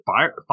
fire